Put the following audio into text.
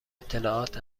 اطلاعات